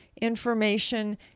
information